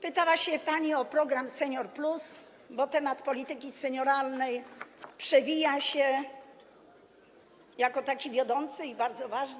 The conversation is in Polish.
Pytała się pani o program „Senior+”, bo temat polityki senioralnej przewija się jako taki wiodący i bardzo ważny.